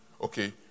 Okay